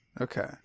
okay